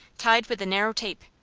tied with a narrow tape.